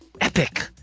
epic